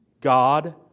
God